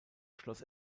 schloss